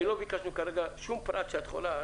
כי לא ביקשנו כרגע שום פרט שאת לא יכולה לתת.